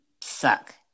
suck